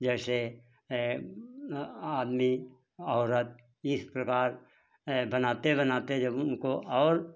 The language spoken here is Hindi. जैसे आदमी औरत इस प्रकार बनाते बनाते जब उनको और